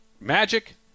Magic